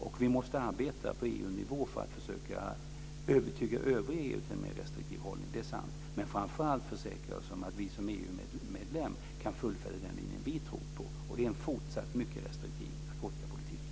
Och vi måste arbeta på EU-nivå för att försöka övertyga övriga EU till en mer restriktiv hållning, det är sant, men framför allt försäkra oss om att vi som EU medlem kan fullfölja den linje som vi tror på, och det är en fortsatt mycket restriktiv narkotikapolitik.